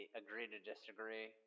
agree-to-disagree